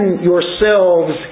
yourselves